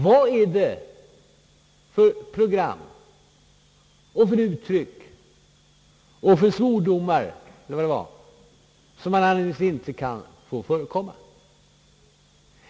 Vilka program, uttryck, svordomar etc. kan inte få förekomma?